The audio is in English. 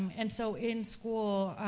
and so in school,